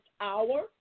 hour